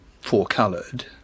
four-coloured